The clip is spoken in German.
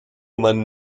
mann